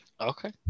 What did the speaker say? okay